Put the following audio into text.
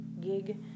gig